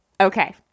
Okay